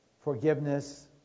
forgiveness